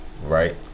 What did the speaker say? Right